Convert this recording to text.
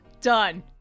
Done